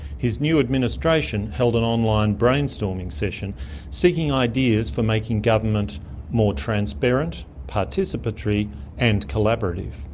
his new administration held an online brainstorming session seeking ideas for making government more transparent, participatory and collaborative'.